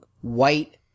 white